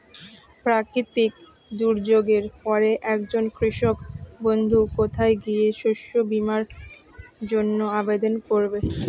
প্রাকৃতিক দুর্যোগের পরে একজন কৃষক বন্ধু কোথায় গিয়ে শস্য বীমার জন্য আবেদন করবে?